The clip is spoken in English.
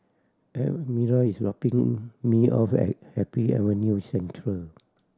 Elmira is dropping me off at Happy Avenue Central